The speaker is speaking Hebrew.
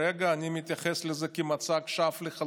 כרגע אני מתייחס לזה לחלוטין כמצג שווא,